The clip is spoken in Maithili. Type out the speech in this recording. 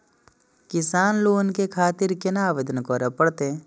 किसान लोन के खातिर केना आवेदन करें परतें?